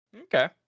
okay